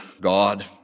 God